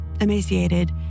emaciated